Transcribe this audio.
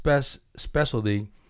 specialty